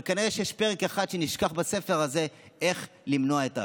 אבל כנראה שיש פרק אחד שנשכח בספר הזה: איך למנוע את ההסתה.